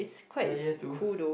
like year two